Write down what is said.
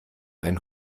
ein